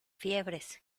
fiebres